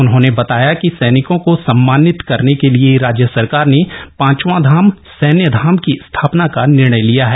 उन्होंने बताया कि सैनिकों को सम्मानित करने के लिए राज्य सरकार ने पांचवां धाम सैन्य धाम की स्थापना का निर्णय लिया है